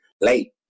late